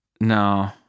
No